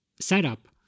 setup